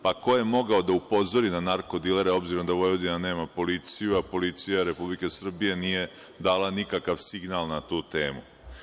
Pa, ko je mogao da upozori na narko-dilere, obzirom da Vojvodina nema policiju, a policija Republike Srbije nije dala nikakav signal na tu temu?